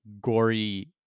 gory